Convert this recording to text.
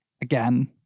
again